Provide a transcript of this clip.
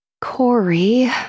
Corey